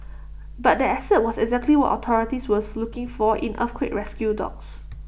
but that asset was exactly what authorities was looking for in earthquake rescue dogs